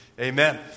Amen